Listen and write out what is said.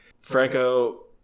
Franco